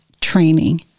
training